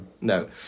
No